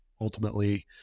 ultimately